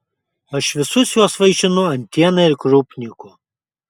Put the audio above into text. aš visus juos vaišinu antiena ir krupniku